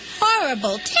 horrible